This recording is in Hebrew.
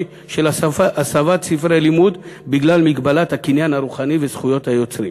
של הסבת ספרי לימוד בגלל מגבלת הקניין הרוחני וזכויות היוצרים.